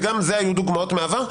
וגם זה היו דוגמאות מהעבר,